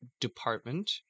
department